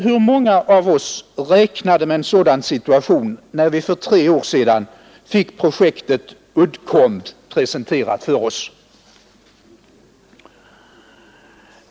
Hur många av oss räknade med en sådan situation när vi för tre år sedan fick projektet Uddcomb presenterat för oss?